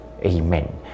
amen